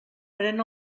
pren